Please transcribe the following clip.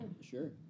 Sure